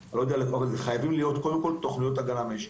אבל חייבים להיות קודם כול תוכניות הגנה מאש.